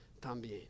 también